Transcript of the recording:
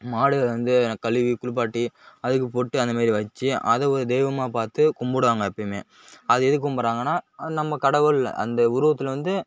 மாடுகளை வந்து கழுவி குளிப்பாட்டி அதுக்கு பொட்டு அந்த மாரி வச்சி அதை ஒரு தெய்வமாக பார்த்து கும்பிடுவாங்க எப்போயுமே அது எதுக் கும்பிடுறாங்கன்னா நம்ம கடவுள் அந்த உருவத்தில் வந்து